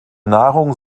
nahrung